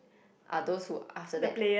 are those who after that